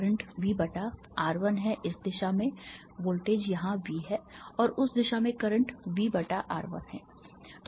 current V बटा R 1 है इस दिशा में वोल्टेज यहाँ V है और उस दिशा में करंट V बटा R 1 है